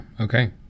Okay